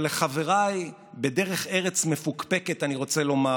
אבל לחבריי בדרך ארץ מפוקפקת אני רוצה לומר: